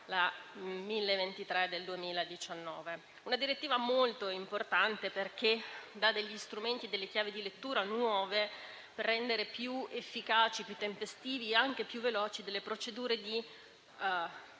una direttiva molto importante perché dà nuovi strumenti e nuove chiavi di lettura per rendere più efficaci, più tempestive ed anche più veloci le procedure di